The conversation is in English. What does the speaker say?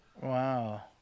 Wow